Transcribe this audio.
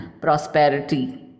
prosperity